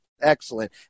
Excellent